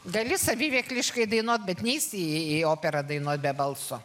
gali saviveikliškai dainuot bet neisi į operą dainuot be balso